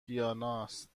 دیاناست